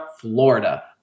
Florida